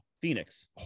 Phoenix